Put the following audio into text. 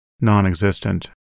non-existent